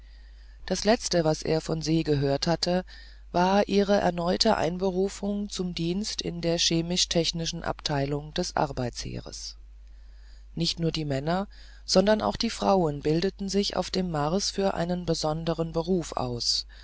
das letzte was er von se gehört hatte war ihre erneute einberufung zum dienst in der chemisch technischen abteilung des arbeitsheeres nicht nur die männer sondern auch die frauen bildeten sich auf dem mars für einen besonderen beruf aus